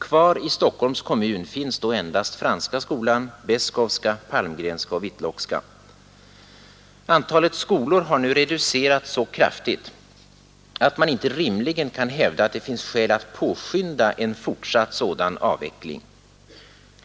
Kvar i Stockholms kommun finns då endast Franska skolan, Beskowska, Palmgrenska och Whitlockska. Antalet skolor har nu reducerats så kraftigt att man inte rimligen kan hävda att det finns skäl att påskynda en fortsatt sådan avveckling.